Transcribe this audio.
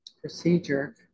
Procedure